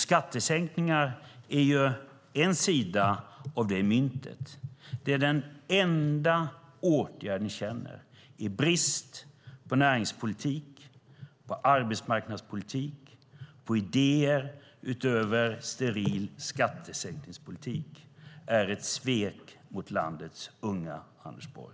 Skattesänkningar är en sida av det myntet. Det är den enda åtgärd ni känner. Er brist på näringspolitik, på arbetsmarknadspolitik och på idéer utöver steril skattesänkningspolitik är ett svek mot landets unga, Anders Borg!